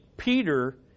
Peter